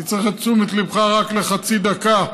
אני צריך את תשומת ליבך רק לחצי דקה.